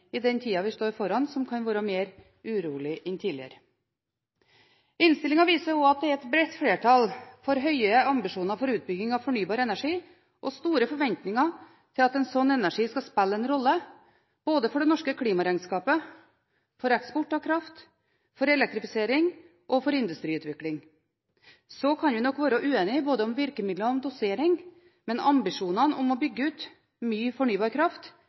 i den tida vi står foran, som kan være mer urolig enn tidligere. Innstillingen viser også at det er et bredt flertall for høye ambisjoner for utbygging av fornybar energi og store forventninger til at en slik energi skal spille en rolle, både for det norske klimaregnskapet, for eksport av kraft, for elektrifisering og for industriutvikling. Så kan vi nok være uenige både om virkemidler og om dosering, men ambisjonene om å bygge ut mye